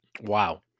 Wow